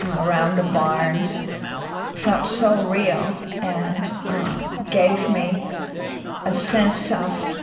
around the barns felt so real and ah gave me a sense of,